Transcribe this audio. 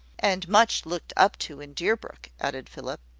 and much looked up to in deerbrook, added philip.